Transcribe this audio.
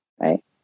right